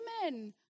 Amen